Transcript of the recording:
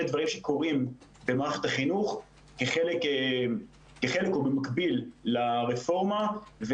דברים שקורים במערכת החינוך כחלק מקביל לרפורמה,